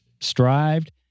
strived